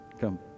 come